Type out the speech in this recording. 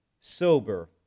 sober